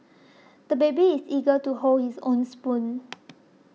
the baby is eager to hold his own spoon